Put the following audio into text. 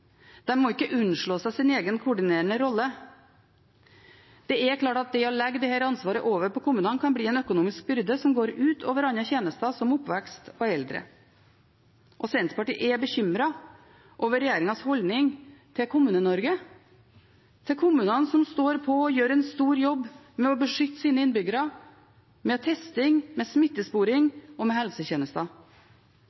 må ikke unnslå seg sin egen koordinerende rolle. Det er klart at å legge dette ansvaret over på kommunene kan bli en økonomisk byrde som går ut over andre tjenester, som oppvekst og eldre. Senterpartiet er bekymret over regjeringens holdning til Kommune-Norge, til kommunene som står på og gjør en stor jobb med å beskytte sine innbyggere, med testing, med smittesporing